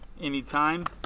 Anytime